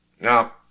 Now